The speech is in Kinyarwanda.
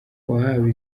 wahawe